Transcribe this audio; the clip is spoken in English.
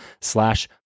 slash